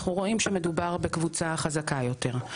אנחנו רואים שמדובר בקבוצה חזקה יותר.